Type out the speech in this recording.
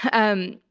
um,